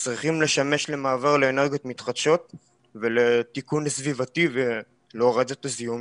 צריכים לשמש למעבר לאנרגיות מתחדשות ולתיקון סביבתי ולהורדת הזיהומים.